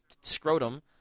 Scrotum